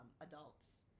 adults